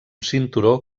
cinturó